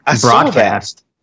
broadcast